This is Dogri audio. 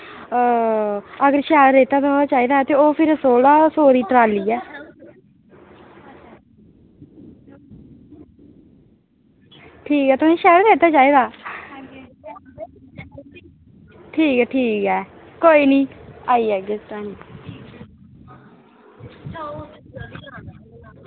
अगर तुसें सैल रेता चाही दा ऐ ते ओह् फिर सोलां सौ दी ट्राली ऐ ठीक ऐ तुसें शैल रेता चाही दा ठीक ऐ ठीक ऐ कोई नी आई जागे